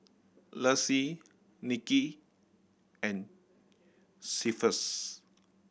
Lexie Nikki and Cephus